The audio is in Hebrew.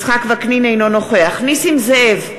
אינו נוכח נסים זאב,